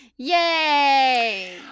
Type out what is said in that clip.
Yay